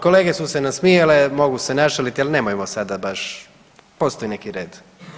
Kolege su se nasmijale, mogu se našaliti, ali nemojmo sada baš, postoji neki red.